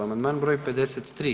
Amandman broj 53.